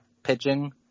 pitching